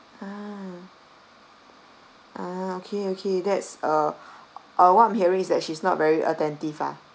ah ah okay okay that's uh uh what I'm hearing is that she's not very attentive ah